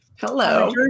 Hello